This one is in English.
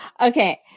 Okay